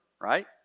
right